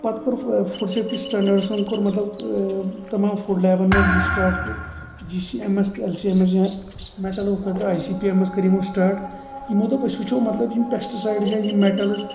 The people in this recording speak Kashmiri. پتہٕ کوٚر فوٚڑ سیفٹی سٹیٚنڈاڑسن کوٚر مطلب تمام فوٚڑ لیبن منٛز یہِ سٹاٹ کہِ جی سی اٮ۪م اٮ۪س تہٕ اٮ۪ل سی اٮ۪م اٮ۪س ییہا میٹلو خٲطرٕ I C P M S کٔر یِمو سٹاٹ یمو دوٚپ أسۍ وُچھو مطلب یِم پیٚسٹ سایٚڈس چھا یِم میٚٹلٕز